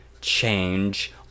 change